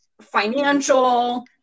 financial